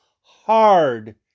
hard